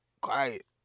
quiet